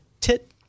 tit